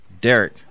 Derek